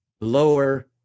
lower